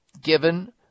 given